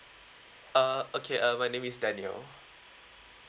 uh okay uh my name is daniel